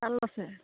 ভাল আছে